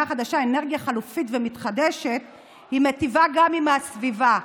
החדשה אנרגיה חלופית ומתחדשת מיטיבה גם עם הסביבה,